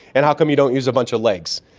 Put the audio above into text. and how come you don't use a bunch of legs.